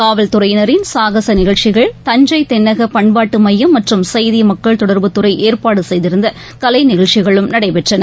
காவல்துறையினரின் சாகசநிகழ்ச்சிகள் தஞ்சைதென்னகபண்பாட்டுமையம் மற்றும் செய்திமக்கள் தொடர்பு துறைஏற்பாடுசெய்திருந்தகலைநிகழ்ச்சிகளும் நடைபெற்றன